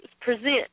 present